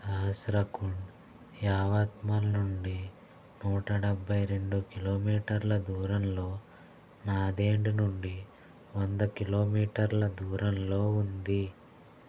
సహస్రకుండ్ యావత్మల్ నుండి నూట డెబ్బై రెండు కిలోమీటర్ల దూరంలో నాదేండ్ నుండి వంద కిలోమీటర్ల దూరంలో ఉంది